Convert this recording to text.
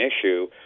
issue